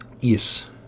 Yes